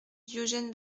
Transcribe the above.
diogène